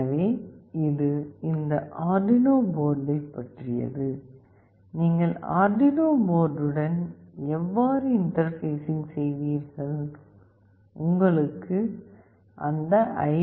எனவே இது இந்த அர்டுயினோ போர்டைப் பற்றியது நீங்கள் அர்டுயினோ போர்டுடன் எவ்வாறு இன்டர்பேஸிங் செய்வீர்கள் உங்களுக்கு அந்த ஐ